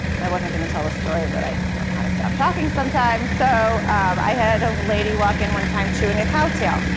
i wasn't going to tell a story, but i just don't know how to stop talking sometimes. so i had a lady walk in one time chewing a cow tail,